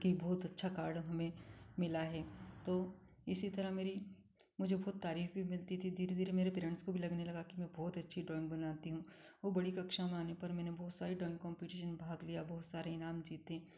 की बहुत अच्छा कार्ड हमें मिला है तो इसी तरह मेरी मुझे बहुत तारीफ भी मिलती थी धीरे धीरे मेरे पेरेंट्स को भी लगने लगा कि मैं बहुत अच्छी ड्राइंग बनाती हूँ और बड़ी कक्षा में आने पर मैंने बहुत सारे ड्राइंग कॉम्पिटिशन में भाग लिया बहुत सारे ईनाम जीते